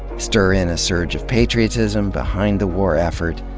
stir in a surge of patriotism behind the war effort,